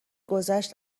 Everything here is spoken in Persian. گذشت